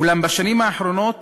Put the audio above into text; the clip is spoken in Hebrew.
אולם בשנים האחרונות